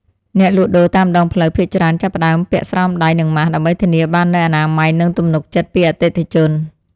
អ្នកលក់ដូរតាមដងផ្លូវភាគច្រើនចាប់ផ្តើមពាក់ស្រោមដៃនិងម៉ាស ដើម្បីធានាបាននូវអនាម័យនិងទំនុកចិត្តពីអតិថិជន។